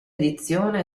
edizione